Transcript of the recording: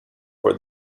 for